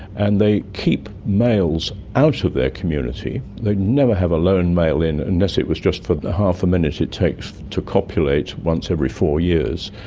and they keep males out of their community. they'd never have a lone male in unless it was just for the half a minute it takes to copulate once every four years,